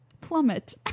Plummet